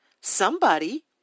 Somebody